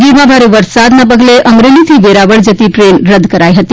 ગીરમાં ભારે વરસાદના પગલે અમરેલી થી વેરાવળ જતી ટ્રેન રદ કરાઇ હતી